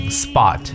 spot